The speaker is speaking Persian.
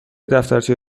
دفترچه